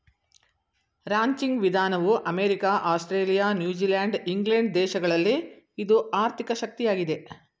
ranching ವಿಧಾನವು America, Australia, New Zealand England ದೇಶಗಳಲ್ಲಿ ಇದು ಆರ್ಥಿಕ ಶಕ್ತಿಯಾಗಿದೆ